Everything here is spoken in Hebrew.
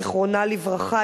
זיכרונה לברכה,